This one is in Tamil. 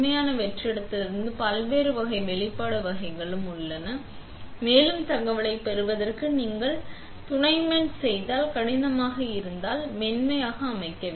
மென்மையான வெற்றிடத்திலிருந்து பல்வேறு வகை வெளிப்பாடு வகைகளும் உள்ளன மேலும் தகவலைப் பெறுவதற்கு நீங்கள் துணைமென்ட் செய்தால் கடினமாக இருந்தால் இப்போது நாம் மென்மையாக அமைக்க வேண்டும்